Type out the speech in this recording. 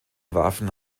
waffen